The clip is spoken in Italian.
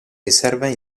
riserve